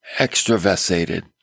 extravasated